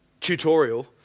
tutorial